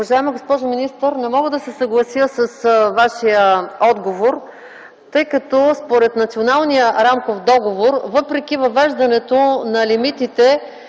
Уважаема госпожо министър, не мога да се съглася с Вашия отговор, тъй като според Националния рамков договор, въпреки въвеждането на лимитите